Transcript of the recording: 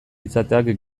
izateak